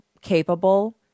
capable